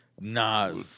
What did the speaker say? Nah